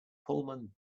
pullman